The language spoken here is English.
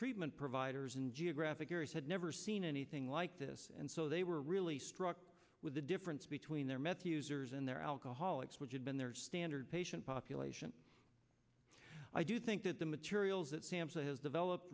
treatment providers in geographic areas had never seen anything like this and so they were really struck with the difference between their meth users and their alcoholics which had been their standard patient population i do think that the materials that sampson has developed